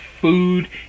food